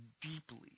deeply